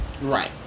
Right